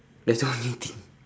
that's the only thing